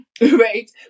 right